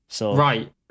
Right